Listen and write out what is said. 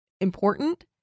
important